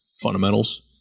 fundamentals